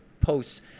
posts